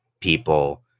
people